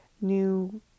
new